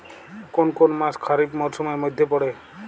কোন কোন মাস খরিফ মরসুমের মধ্যে পড়ে?